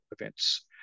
events